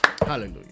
Hallelujah